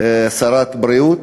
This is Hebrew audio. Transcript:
שרת בריאות,